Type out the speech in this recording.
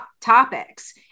topics